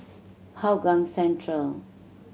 Hougang Central